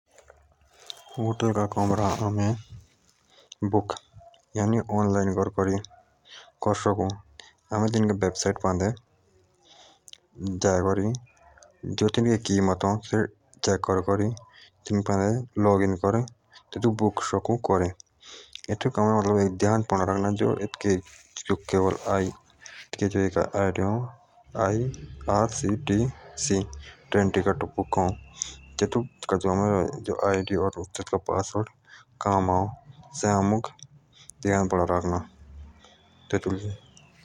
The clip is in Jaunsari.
होटल का कमरा हमें बुक ऑनलाइन करें करी कस शकों करें हमुक इनके वेब साइड पादे जाए करी जो इनके कीमत आऊ से चेक कर रे की थींपड़े जाएं कर रि लॉग इन करें करी तेतुक बुक शकों करे इतिहोक ध्यान पड़ा रखना जो ईद के आईडी आईसीडी से ट्रेन टिकट बुक आओ और आइडिया और तेथिका का पासवर्ड काम आओ से जा अओमुक ध्यान पड़ा रखना।